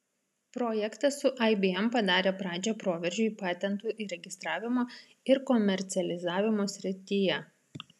projektas su ibm padarė pradžią proveržiui patentų įregistravimo ir komercializavimo srityje